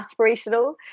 aspirational